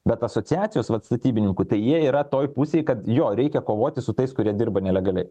bet asociacijos vat statybininkų tai jie yra toj pusėj kad jo reikia kovoti su tais kurie dirba nelegaliai